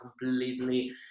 completely